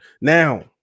Now